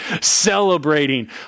celebrating